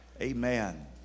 amen